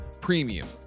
premium